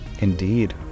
Indeed